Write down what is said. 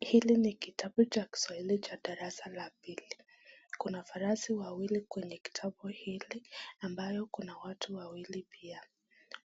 Hili ni kitabu cha kiswahili cha darasa la pili, kuna farasi wawili kwenye kitabu hili ambayo kuna watu wawili pia,